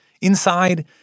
Inside